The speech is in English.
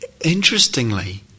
interestingly